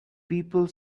people